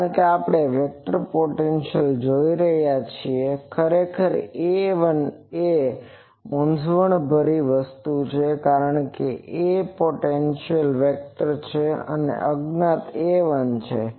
કારણ કે આપણે વેક્ટરને પોટેન્સીઅલી જોઈ રહ્યા છીએ ખરેખર આ A1 એક મૂંજવણભરી વસ્તુ છે કારણ કે આ A પોટેન્સીઅલ વેક્ટર છે અને આ અજ્ઞાત A1 છે